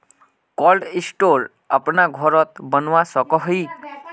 Cold store अपना घोरोत बनवा सकोहो ही?